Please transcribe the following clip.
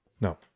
No